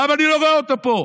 למה אני לא רואה אותו פה?